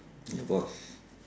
your boss